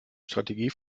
strategie